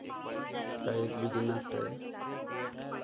का एक बिज़नेस है